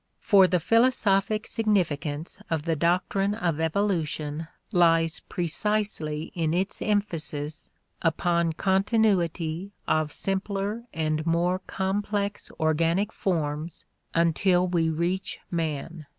for the philosophic significance of the doctrine of evolution lies precisely in its emphasis upon continuity of simpler and more complex organic forms until we reach man.